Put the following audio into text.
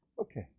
Okay